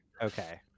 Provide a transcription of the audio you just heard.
okay